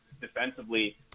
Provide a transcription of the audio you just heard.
defensively